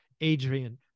Adrian